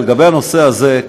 לגבי הנושא הזה,